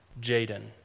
Jaden